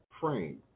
frame